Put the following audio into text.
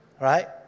right